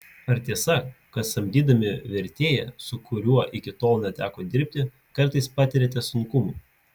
ar tiesa kad samdydami vertėją su kuriuo iki tol neteko dirbti kartais patiriate sunkumų